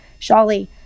shali